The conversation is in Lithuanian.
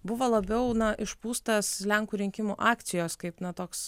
buvo labiau išpūstas lenkų rinkimų akcijos kaip na toks